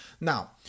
now